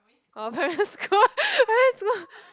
oh primary school primary school